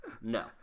No